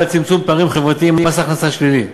ולצמצום פערים חברתיים (מס הכנסה שלילי)